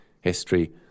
history